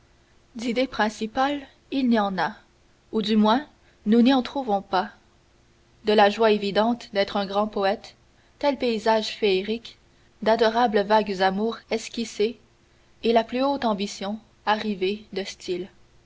d'idée principale il n'y en a ou du moins nous n'y en trouvons pas de la joie évidente d'être un grand poète tels paysages féeriques d'adorables vagues amours esquissées et la plus haute ambition arrivée de style